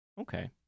Okay